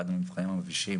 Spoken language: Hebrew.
אחד מן המבחנים המבישים,